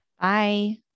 Bye